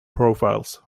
profiles